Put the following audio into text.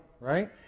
right